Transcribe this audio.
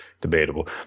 Debatable